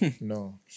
No